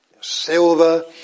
Silver